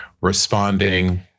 responding